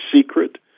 secret